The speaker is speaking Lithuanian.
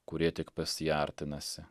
kurie tik pas jį artinasi